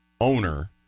owner